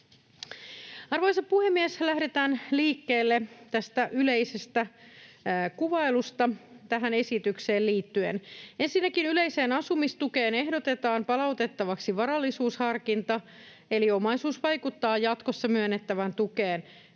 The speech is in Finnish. Arvoisa puhemies! Lähdetään liikkeelle yleisestä kuvailusta tähän esitykseen liittyen. Ensinnäkin yleiseen asumistukeen ehdotetaan palautettavaksi varallisuusharkinta, eli jatkossa omaisuus vaikuttaa myönnettävään tukeen.